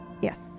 Yes